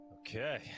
Okay